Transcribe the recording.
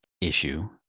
issue